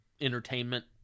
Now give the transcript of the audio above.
entertainment